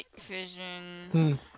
vision